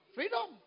Freedom